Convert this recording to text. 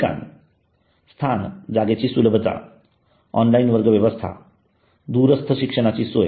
ठिकाण स्थानजागेची सुलभता ऑनलाइन वर्ग व्यवस्था दूरस्थ शिक्षणाची सोय